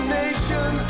nation